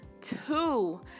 two